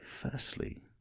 Firstly